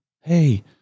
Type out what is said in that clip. hey